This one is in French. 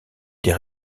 des